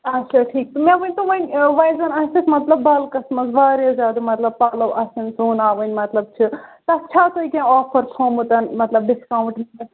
اچھا ٹھیٖک مےٚ ؤنتو وَنٛۍ وَنۍ زَن آسہِ اَسہِ مَطلَب بَلکَس مَنٛز واریاہ زیادٕ مَطلَب پَلَو آسن سوناوٕن مَطلَب چھ تتھ چھَ تۄہہِ کینٛہہ آفر تھوومُت مَطلَب ڈِسکاوُنٹ وِسکاوُنٹ